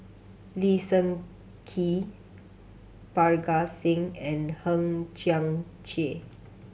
Lee Seng Tee Parga Singh and Hang Chang Chieh